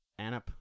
Anup